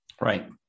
Right